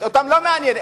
אותם זה לא מעניין.